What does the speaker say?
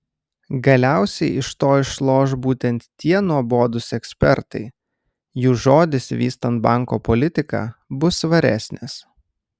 galiausiai iš to išloš būtent tie nuobodūs ekspertai jų žodis vystant banko politiką bus svaresnis